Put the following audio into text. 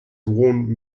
worn